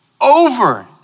over